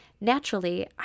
Naturally